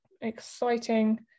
exciting